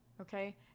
okay